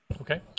Okay